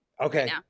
Okay